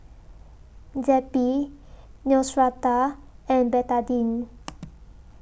Zappy Neostrata and Betadine